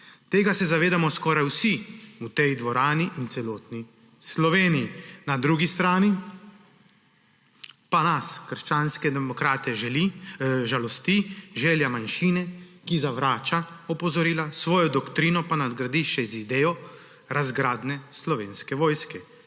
Tega se zavedamo skoraj vsi v tej dvorani in v celotni Sloveniji. Na drugi strani pa nas krščanske demokrate žalosti želja manjšine, ki zavrača opozorila, svojo doktrino pa nadgradi še z idejo razgradnje Slovenske vojske.